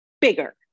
bigger